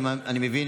אני מבין